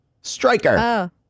Striker